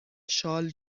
شال